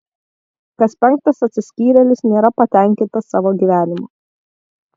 kas penktas atsiskyrėlis nėra patenkintas savo gyvenimu